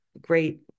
great